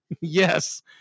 Yes